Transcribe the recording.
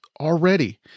already